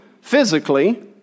physically